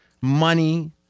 money